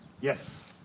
Yes